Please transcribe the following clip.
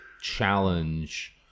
challenge